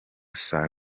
saa